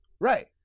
Right